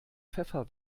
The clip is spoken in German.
pfeffer